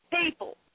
people